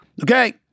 Okay